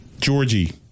Georgie